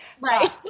Right